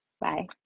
Bye